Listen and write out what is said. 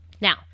Now